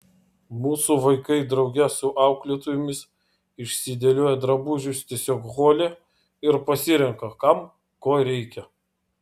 mūsų vaikai drauge su auklėtojomis išsidėlioja drabužius tiesiog hole ir pasirenka kam ko reikia